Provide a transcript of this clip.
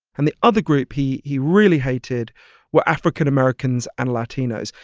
and the other group he he really hated were african americans and latinos.